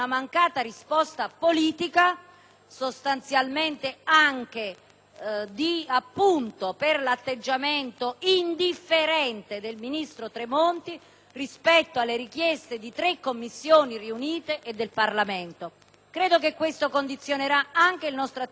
sostanzialmente anche per l'atteggiamento indifferente del ministro Tremonti rispetto alle richieste di tre Commissioni riunite e del Parlamento. Credo che ciò condizionerà anche il nostro atteggiamento nel prosieguo dei lavori.